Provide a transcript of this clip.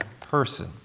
person